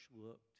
looked